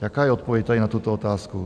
Jaká je odpověď tady na tuto otázku?